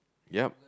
yup